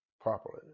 properly